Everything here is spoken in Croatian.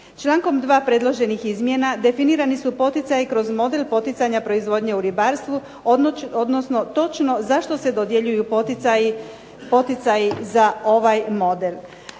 Čl. 2. predloženih izmjena definirani su poticaji kroz model poticanja proizvodnje u ribarstvu, odnosno točno za što se dodjeljuju poticaji za ovaj model.